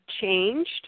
changed